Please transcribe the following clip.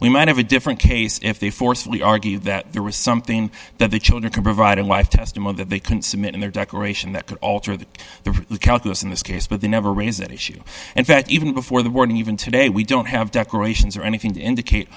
we might have a different case if they forcefully argue that there was something that the children can provide in life testimony that they can submit in their declaration that could alter the calculus in this case but the never rains issue and that even before the war and even today we don't have decorations or anything to indicate